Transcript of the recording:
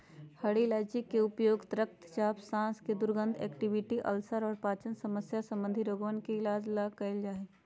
हरी इलायची के उपयोग रक्तचाप, सांस के दुर्गंध, कैविटी, अल्सर और पाचन समस्या संबंधी रोगवन के इलाज ला कइल जा हई